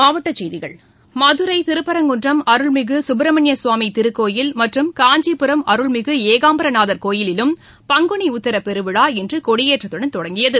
மாவட்ட செய்கிகள் மதுரை திருப்பரங்குன்றம் அருள்மிகு சுப்ரமணிய சுவாமி திருக்கோயில் மற்றும் காஞ்சிபுரம் அருள்மிகு ஏகாம்பரநாதர் கோயிலிலும் பங்குனி உத்தர பெருவிழா இன்று கொடியேற்றத்துடன் தொடங்கியது